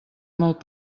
molt